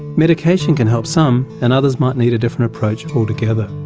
medication can help some and others might need a different approach altogether.